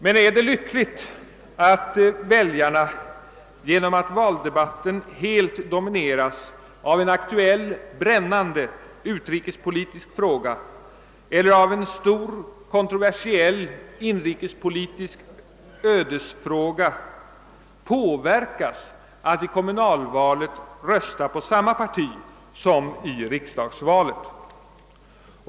Men är det lyckligt att väljarna genom att valdebatten helt domineras av en aktuell brännande utrikespolitisk fråga eller av en stor kontroversiell inrikespolitisk ödesfråga påverkas att i kommunalvalet rösta på samma parti som i riksdagsvalet?